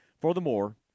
Furthermore